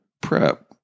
prep